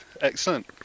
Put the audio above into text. excellent